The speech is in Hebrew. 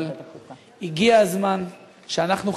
אבל הגיע הזמן שאנחנו,